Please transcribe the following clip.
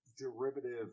derivative